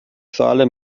schale